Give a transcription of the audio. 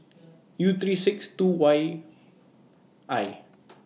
U three six two Y I